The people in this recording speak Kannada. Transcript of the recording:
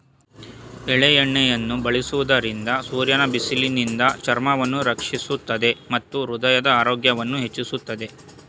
ಎಳ್ಳೆಣ್ಣೆಯನ್ನು ಬಳಸುವುದರಿಂದ ಸೂರ್ಯನ ಬಿಸಿಲಿನಿಂದ ಚರ್ಮವನ್ನು ರಕ್ಷಿಸುತ್ತದೆ ಮತ್ತು ಹೃದಯದ ಆರೋಗ್ಯವನ್ನು ಹೆಚ್ಚಿಸುತ್ತದೆ